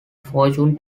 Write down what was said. fortune